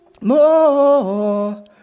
More